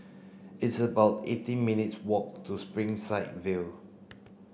it's about eighteen minutes' walk to Springside View